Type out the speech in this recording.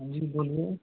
हाँ जी बोलिए